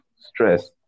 stress